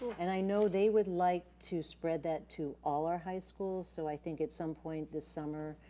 and i know they would like to spread that to all our high schools. so i think at some point this summer,